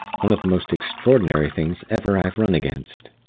one of the most extraordinary things ever i have run against.